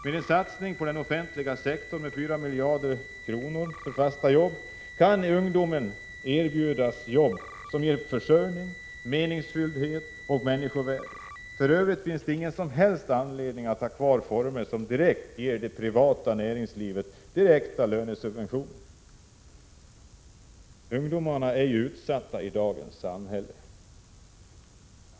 Med en satsning på den offentliga sektorn om 4 miljarder kronor för fasta jobb kan ungdomen erbjudas jobb som ger försörjning, mening och människovärde. För övrigt finns det ingen som helst anledning att ha kvar former som ger det privata näringslivet direkta lönesubventioner. Ungdomarna är ju utsatta i dagens samhälle.